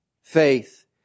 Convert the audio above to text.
faith